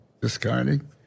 Discarding